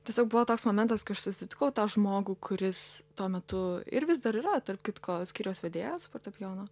tiesiog buvo toks momentas kai aš susitikau tą žmogų kuris tuo metu ir vis dar yra tarp kitko skyriaus vedėjas fortepijono